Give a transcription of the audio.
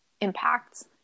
impacts